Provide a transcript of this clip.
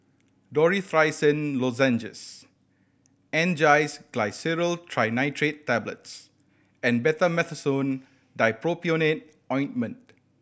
Dorithricin Lozenges Angised Glyceryl Trinitrate Tablets and Betamethasone Dipropionate Ointment